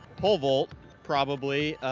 pole vault probably.